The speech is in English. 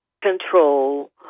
control